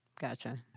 gotcha